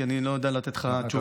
כי אני לא יודע לתת לך תשובה.